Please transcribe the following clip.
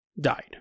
died